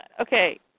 Okay